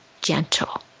gentle